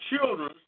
children